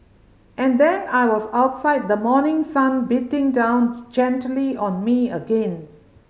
and then I was outside the morning sun beating down gently on me again